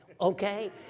Okay